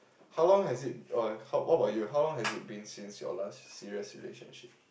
how long has it oh what about you how long has it been since your last serious relationship